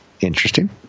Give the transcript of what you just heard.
Interesting